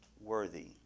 worthy